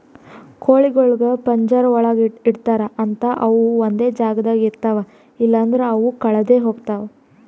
ಕೋಳಿಗೊಳಿಗ್ ಪಂಜರ ಒಳಗ್ ಇಡ್ತಾರ್ ಅಂತ ಅವು ಒಂದೆ ಜಾಗದಾಗ ಇರ್ತಾವ ಇಲ್ಲಂದ್ರ ಅವು ಕಳದೆ ಹೋಗ್ತಾವ